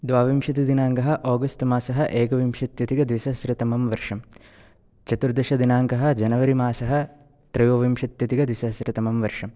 द्वाविंशतिदिनाङ्कः आगस्त्मासः एकविंशत्यधिकद्विसहस्रतमं वर्षं चतुर्दशदिनाङ्कः जनवरिमासः त्रयोविंशत्यधिकद्विसहस्रतमं वर्षं